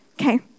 Okay